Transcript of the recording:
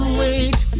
wait